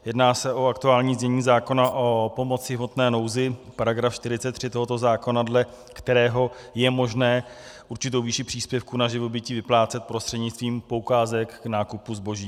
Jedná se o aktuální znění zákona o pomoci v hmotné nouzi, § 43 tohoto zákona, dle kterého je možné určitou výši příspěvku na živobytí vyplácet prostřednictvím poukázek k nákupu zboží.